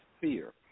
fear